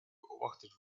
beobachtet